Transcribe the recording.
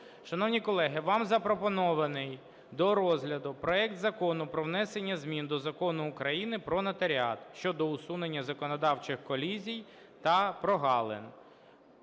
Шановні колеги, вам запропонований до розгляду проект Закону про внесення змін до Закону України "Про нотаріат" (щодо усунення законодавчих колізій та прогалин).